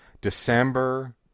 December